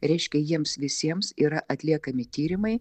reiškia jiems visiems yra atliekami tyrimai